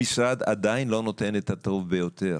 המשרד עדיין לא נותן את הטוב ביותר